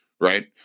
right